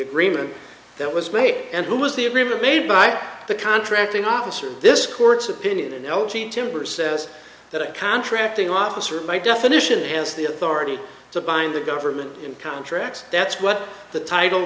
agreement that was made and who was the agreement made by the contracting officer this court's opinion timber says that a contracting officer my definition has the authority to bind the government contracts that's what the title